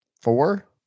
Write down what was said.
four